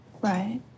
Right